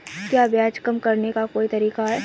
क्या ब्याज कम करने का कोई तरीका है?